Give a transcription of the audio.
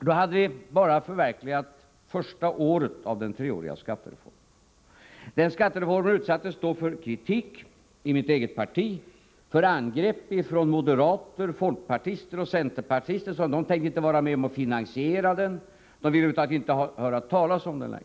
Då hade vi bara förverkligat första året av den treåriga skattereformen. Skattereformen utsattes för kritik i mitt eget parti och för angrepp från moderater, folkpartister och centerpartister, som sade att de inte tänkte vara med om att finansiera den. De ville över huvud taget inte höra talas om den längre.